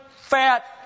fat